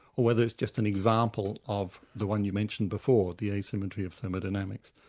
or whether it's just an example of the one you mentioned before, the asymmetry of thermodynamics.